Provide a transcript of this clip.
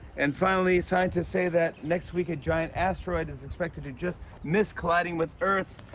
and, finally, scientists say that, next week, a giant asteroid is expected to just miss colliding with earth.